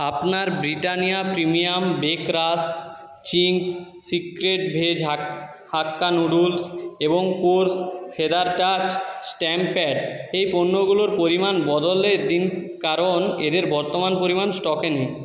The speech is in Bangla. আপনার Britannia premium bake rusk Ching's secret veg hakka noodles এবং Kores feather touch stamp pad এই পণ্যগুলোর পরিমাণ বদলে দিন কারণ এদের বর্তমান পরিমাণ স্টকে নেই